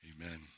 Amen